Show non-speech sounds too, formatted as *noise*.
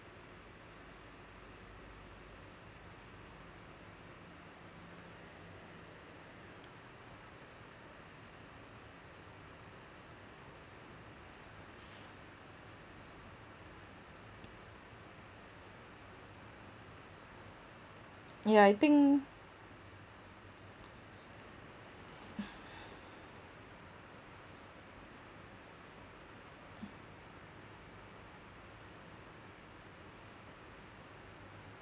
ya I think *breath*